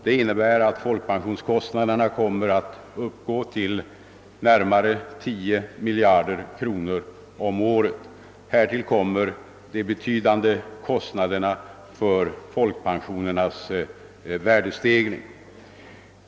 Det innebär att folkpensionskostnaderna kommer att uppgå till närmare 10 miljarder kronor per år. Härtill kommer de betydande kostnaderna för folkpensionernas värdesäkring.